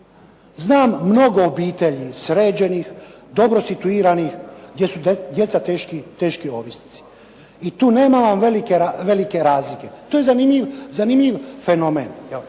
Znam mnogo obitelji sređenih, dobro situiranih gdje su djeca teški ovisnici. I tu nema velike razlike. To je zanimljiv fenomen.